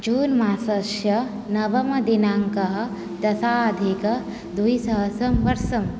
जून् मासस्य नवमदिनाङ्कः दशाधिक द्विसहस्रं वर्षं